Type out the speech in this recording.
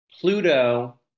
Pluto